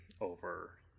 over